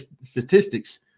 statistics